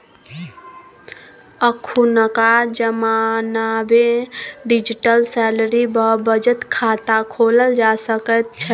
अखुनका जमानामे digital salary वा बचत खाता खोलल जा सकैत छै